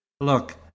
Look